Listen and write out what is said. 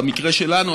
במקרה שלנו,